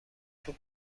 توپ